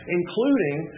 including